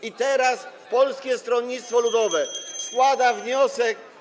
I teraz Polskie Stronnictwo Ludowe składa wniosek.